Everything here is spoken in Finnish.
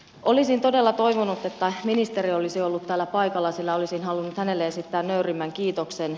olisin todella toivonut että ministeri olisi ollut täällä paikalla sillä olisin halunnut hänelle esittää nöyrimmän kiitoksen